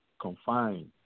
Confined